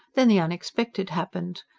then the unexpected happened.